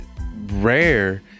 rare